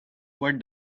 what